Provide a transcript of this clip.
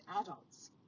adults